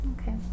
Okay